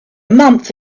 month